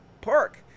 Park